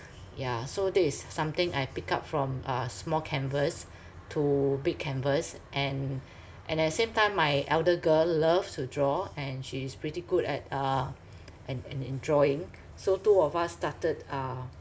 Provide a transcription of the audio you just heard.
yeah so that is something I pick up from uh small canvas to big canvas and and at the same time my elder girl loves to draw and she is pretty good at uh in in in drawing so two of us started uh